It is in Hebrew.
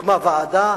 הוקמה ועדה,